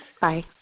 Bye